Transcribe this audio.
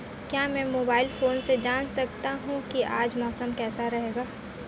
क्या मैं mobile phone से जान सकता हूँ कि आज मौसम कैसा रहेगा?